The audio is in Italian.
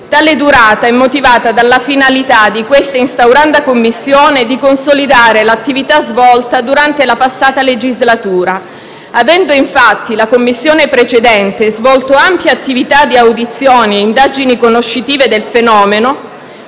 Tale durata è motivata dalla finalità di questa instauranda Commissione di consolidare l'attività svolta durante la passata legislatura. Avendo infatti la Commissione precedente svolto ampia attività di audizioni e indagini conoscitive del fenomeno,